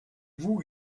voue